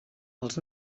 els